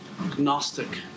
agnostic